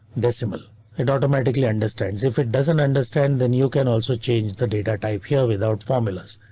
decimal it automatically understands if it doesn't understand then you can also change the data type here without formulas.